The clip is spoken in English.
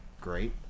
great